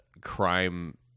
crime